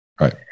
Right